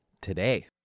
today